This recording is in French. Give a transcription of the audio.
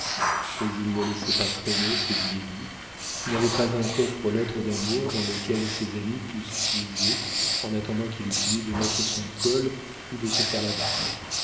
mais il ne laissait pas traîner ses billets doux et n'avait pas un coffre aux lettres d'amour dans lequel ses amis pussent puiser en attendant qu'il eût fini de mettre son col ou de se faire la barbe